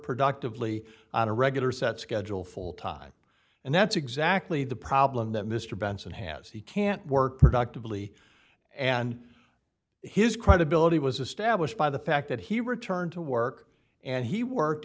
productively on a regular set schedule full time and that's exactly the problem that mr benson has he can't work productively and his credibility was established by the fact that he returned to work and he worked